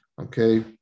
Okay